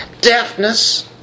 deafness